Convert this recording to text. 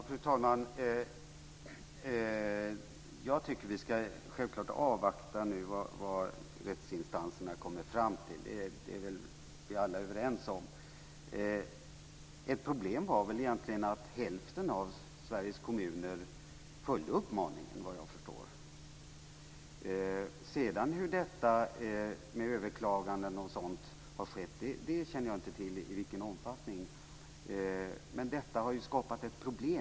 Fru talman! Jag tycker att vi nu självklart ska avvakta vad rättsinstanserna kommer fram till. Det är vi väl alla överens om. Ett problem var att hälften av Sveriges kommuner följde uppmaningen, vad jag förstår. Hur sedan detta med överklaganden och sådant har skett och i vilken omfattning känner jag inte till. Men detta har skapat ett problem.